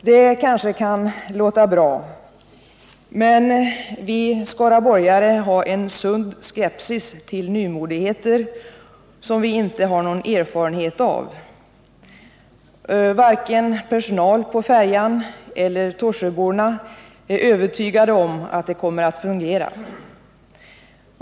Det kanske kan låta bra, men vi skaraborgare hyser en sund skepsis mot nymodigheter som vi inte har någon erfarenhet av. Varken personalen på färjan eller torsöborna är övertygade om att det kommer att fungera.